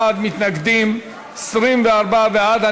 41 מתנגדים, 24 בעד.